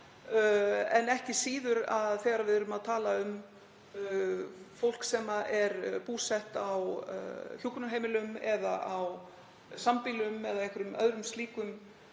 en ekki síður, þegar við erum að tala um fólk sem er búsett á hjúkrunarheimilum eða á sambýlum eða einhverjum öðrum slíkum